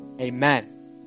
Amen